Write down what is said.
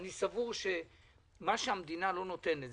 אני סבור שמה שהמדינה לא נותנת,